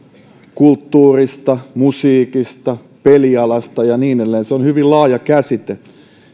kulttuurista musiikista pelialasta ja niin edelleen se on hyvin laaja käsite